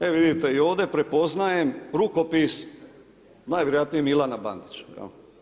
Evo vidite i ovdje prepoznajem rukopis, najvjerojatnije Milana Bandića.